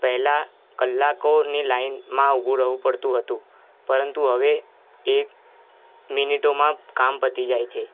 પહેલા કલાકોની લાઈનમાં ઉભું રહેવું પડતું હતું પરંતુ હવે એક મિનીટોમાં કામ પતી જાય છે